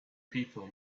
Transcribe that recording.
people